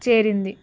చేరింది